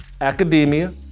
Academia